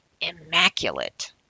immaculate